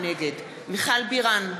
נגד מיכל בירן,